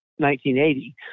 1980